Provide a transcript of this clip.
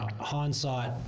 hindsight